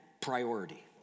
priority